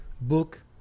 book